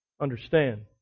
Understand